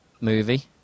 movie